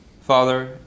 Father